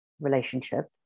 relationship